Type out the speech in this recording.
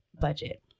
budget